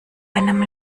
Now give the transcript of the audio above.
einem